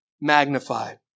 magnified